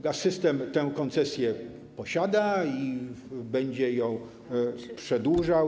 Gaz-System tę koncesję posiada i będzie ją przedłużał.